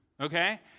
okay